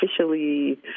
officially